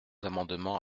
amendements